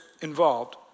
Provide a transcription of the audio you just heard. involved